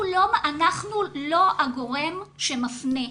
אנחנו לא הגורם שמפנה,